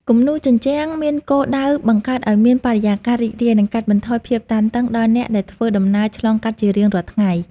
គំនូរជញ្ជាំងមានគោលដៅបង្កើតឱ្យមានបរិយាកាសរីករាយ និងកាត់បន្ថយភាពតានតឹងដល់អ្នកដែលធ្វើដំណើរឆ្លងកាត់ជារៀងរាល់ថ្ងៃ។